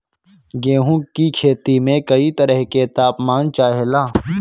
गेहू की खेती में कयी तरह के ताप मान चाहे ला